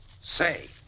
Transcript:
Say